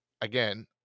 Again